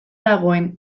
dagoen